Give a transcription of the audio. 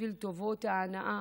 בשביל טובות ההנאה.